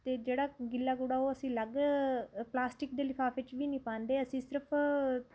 ਅਤੇ ਜਿਹੜਾ ਗਿੱਲਾ ਕੂੜਾ ਉਹ ਅਸੀਂ ਅਲੱਗ ਪਲਾਸਟਿਕ ਦੇ ਲਿਫਾਫੇ 'ਚ ਵੀ ਨਹੀਂ ਪਾਉਂਦੇ ਅਸੀਂ ਸਿਰਫ